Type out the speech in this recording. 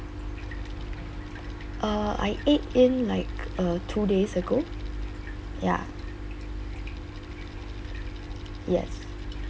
err I ate in like uh two days ago ya yes